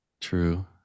True